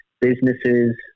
businesses